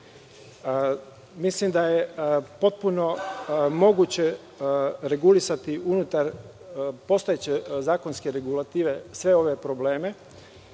da je potpuno moguće regulisati unutar postojeće zakonske regulative sve ove probleme